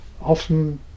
Often